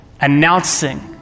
announcing